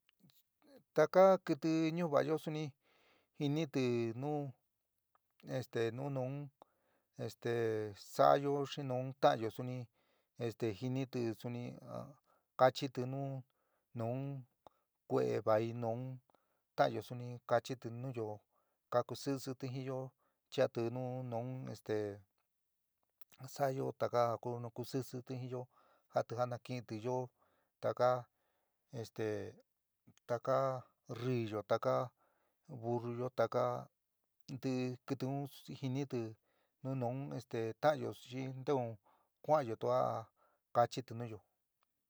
Taka kiti ñuvaayo suni jiniti nu este nu nuun este saayo xi nu taanyo suni este jiniti suni kachiti nu nu kuee vai nu tannyo suni kachiti nuyo kakusisiti jinyo chaati nu nuun este saayo taka a ku kaku sisiti jinyo. jaati ja nakiinti yo, taka este takaa riyo taka burruyo, taka nti kiti un jiniti nu nuuun este taanyo xi nteu kuanyo tua kachiti nuyo.